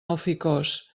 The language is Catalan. alficòs